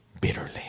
bitterly